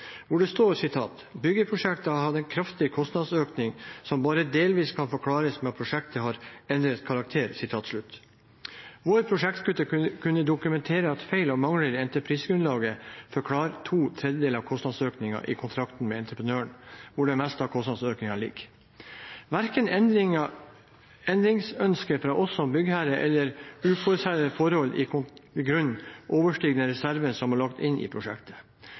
hvor det står: «Byggeprosjektet har hatt en kraftig kostnadsøkning som bare delvis kan forklares med at prosjektet har endret karakter.» Vår prosjektgruppe mener å kunne dokumentere at feil og mangler i entreprisegrunnlaget forklarer ca. to tredjedeler av kostnadsøkningen i kontrakten med entreprenøren, der det meste av kostnadsøkningene ligger. Verken endringsønsker fra oss som byggherre eller uforutsette forhold i grunnen overstiger reserven som har vært lagt inn i prosjektet.